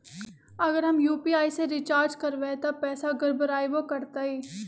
अगर हम यू.पी.आई से रिचार्ज करबै त पैसा गड़बड़ाई वो करतई?